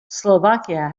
slovakia